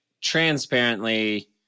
transparently